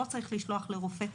לא צריך לשלוח לרופא.